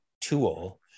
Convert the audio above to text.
tool